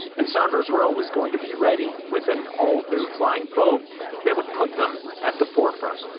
and saunders-roe was going to be ready with an all-new flying boat that would put them at the forefront.